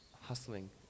hustling